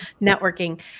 Networking